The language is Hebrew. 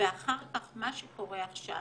מה שקורה עכשיו,